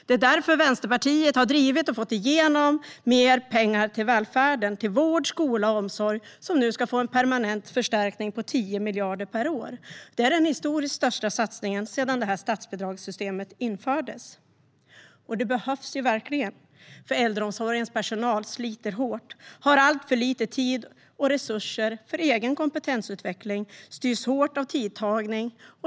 Det är därför Vänsterpartiet har drivit och fått igenom mer pengar till välfärden - till vård, skola och omsorg - som nu ska få en permanent förstärkning på 10 miljarder per år. Det är den historiskt största satsningen sedan statsbidragssystemet infördes. Den behövs verkligen, för äldreomsorgens personal sliter hårt, har alltför lite tid och resurser för egen kompetensutveckling och styrs hårt av tidtagning.